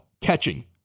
catching